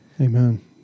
Amen